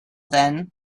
then